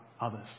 others